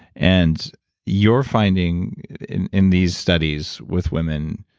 and your finding in in these studies with women,